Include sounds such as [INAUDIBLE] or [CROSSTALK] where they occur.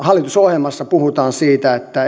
hallitusohjelmassa puhutaan siitä että [UNINTELLIGIBLE]